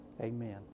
Amen